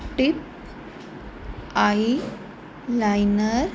tip eye liner